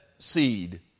Seed